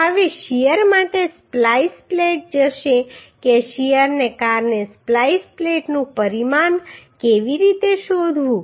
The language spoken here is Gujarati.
હવે શીયર માટે સ્પ્લાઈસ પ્લેટ જોશે કે શીયરને કારણે સ્પ્લાઈસ પ્લેટનું પરિમાણ કેવી રીતે શોધવું